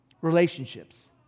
Relationships